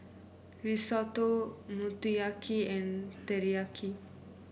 Risotto Motoyaki and Teriyaki